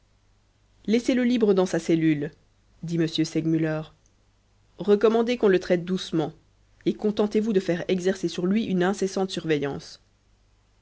laissez-le libre dans sa cellule dit m segmuller recommandez qu'on le traite doucement et contentez-vous de faire exercer sur lui une incessante surveillance